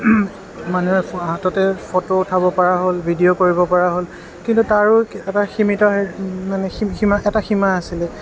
মানুহে হাততে ফটো উঠাব পৰা হ'ল ভিডিঅ' কৰিব পৰা হ'ল কিন্তু তাৰো এটা সীমিত মানে সীমা এটা সীমা আছিলে